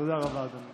תודה רבה, אדוני.